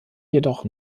jedoch